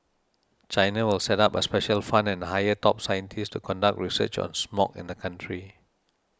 China will set up a special fund and hire top scientists to conduct research on smog in the country